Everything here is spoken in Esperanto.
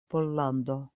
pollando